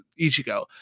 Ichigo